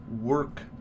work